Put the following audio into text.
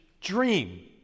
dream